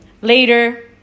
Later